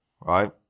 right